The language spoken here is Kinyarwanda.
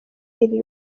iri